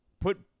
put